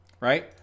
right